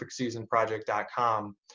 perfectseasonproject.com